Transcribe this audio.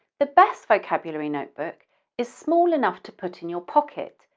the best vocabulary notebook is small enough to put in your pocket,